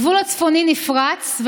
הגבול הצפוני נפרץ,